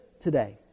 today